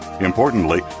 Importantly